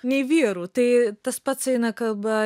nei vyrų tai tas pats eina kalba